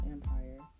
Empire